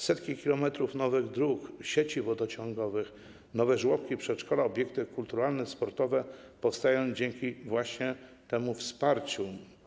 Setki kilometrów nowych dróg, sieci wodociągowych, nowe żłobki, przedszkola, obiekty kulturalne, sportowe powstaną właśnie dzięki temu wsparciu.